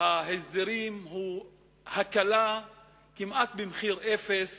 ההסדרים הוא הקלה כמעט במחיר אפס